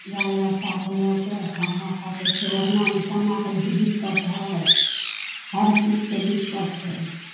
बालबच्चाके लऽकए समय काटै छियै ओढ़ना बिछौनाके भी दिक्कत हइ हर चीजके दिक्कत हइ